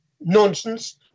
nonsense